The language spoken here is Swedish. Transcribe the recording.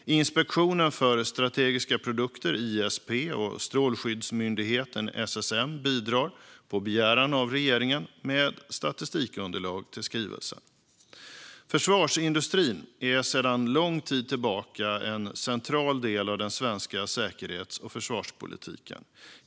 Inspektionen för strategiska produkter, ISP, och Strålsäkerhetsmyndigheten, SSM, bidrar på begäran av regeringen med statistikunderlag till skrivelsen. Försvarsindustrin är sedan lång tid tillbaka en central del av den svenska säkerhets och försvarspolitiken.